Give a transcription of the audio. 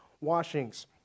washings